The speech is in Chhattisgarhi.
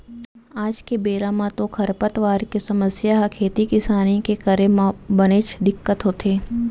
आज के बेरा म तो खरपतवार के समस्या ह खेती किसानी के करे म बनेच दिक्कत होथे